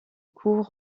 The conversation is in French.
cour